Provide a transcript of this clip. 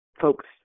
folks